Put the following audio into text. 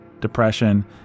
depression